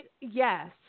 Yes